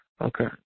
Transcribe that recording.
Okay